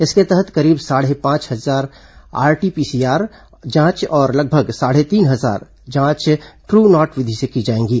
इसके तहत करीब साढ़ै पांच हजार आरटीपीसीआर जांच और लगभग साढ़े तीन हजार जांच ट्रू नॉट विधि से की जाएंगी